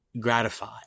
gratified